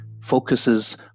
focuses